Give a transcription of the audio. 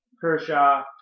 Kershaw